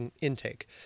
intake